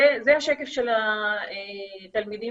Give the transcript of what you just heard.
בכל ההצגות,